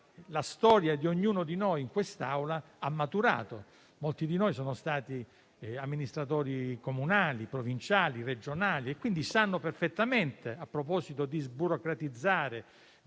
la storia di ognuno di noi, in quest'Aula, ha maturato. Molti di noi sono stati amministratori comunali, provinciali e regionali e quindi sanno perfettamente, a proposito di sburocratizzare